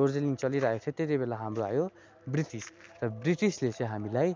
दोर्जेलिङ चलिरहेको थियो त्यतिबेला हाम्रो आयो ब्रिटिस र ब्रिटिसले चाहिँ हामीलाई